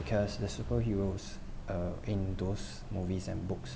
because the superheroes uh in those movies and books